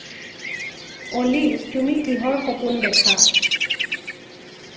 অ'লি তুমি কিহৰ সপোন দেখা